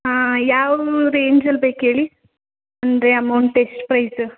ಹಾಂ ಯಾವ ರೇಂಜಲ್ಲಿ ಬೇಕ್ಹೇಳಿ ಅಂದರೆ ಅಮೌಂಟ್ ಎಷ್ಟು ಪ್ರೈಸ್